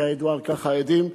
ויעידו על כך העדים,